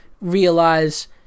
realize